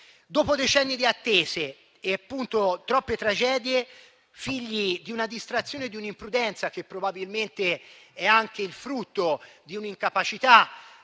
dopo decenni di attesa e dopo troppe tragedie, figli di una distrazione e di un'imprudenza che probabilmente è anche il frutto dell'incapacità